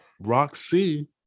Roxy